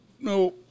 no